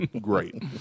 great